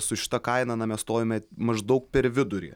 su šita kaina na mes stovime maždaug per vidurį